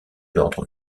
l’ordre